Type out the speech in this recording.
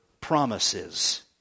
promises